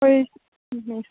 ꯍꯣꯏ ꯃꯤꯁ